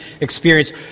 experience